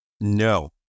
No